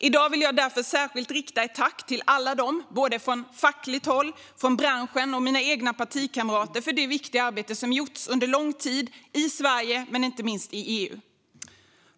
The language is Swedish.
I dag vill jag därför rikta ett särskilt tack till alla från fackligt håll, från branschen och från mitt eget parti som gjort ett viktigt arbete under lång tid i Sverige och inte minst i EU.